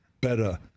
better